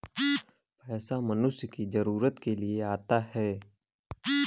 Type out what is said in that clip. पैसा मनुष्य की जरूरत के लिए आता है